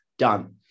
Done